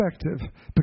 perspective